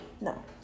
No